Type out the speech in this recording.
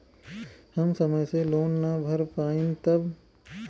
हम समय से लोन ना भर पईनी तब?